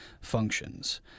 functions